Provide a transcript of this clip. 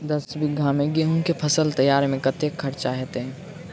दस बीघा मे गेंहूँ केँ फसल तैयार मे कतेक खर्चा हेतइ?